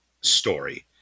story